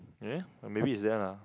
eh maybe it's there lah